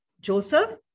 Joseph